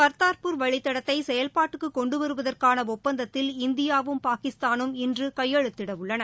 கர்தார்பூர் வழித்தடத்தை செயவ்பாட்டுக்கு கொண்டு வருவதற்கான ஒப்பந்தத்தில் இந்தியா பாகிஸ்தானும் இன்று கையெழுத்திடவுள்ளன